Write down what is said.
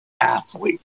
athlete